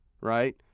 Right